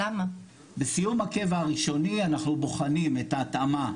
בסיום הקבע הראשוני אנחנו בוחנים את ההתאמה.